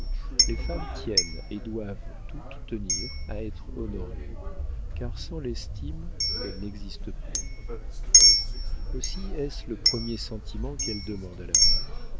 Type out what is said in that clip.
les femmes tiennent et doivent toutes tenir à être honorées car sans l'estime elles n'existent plus aussi est-ce le premier sentiment qu'elles demandent à l'amour